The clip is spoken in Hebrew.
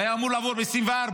והיה אמור לעבור ב-2024.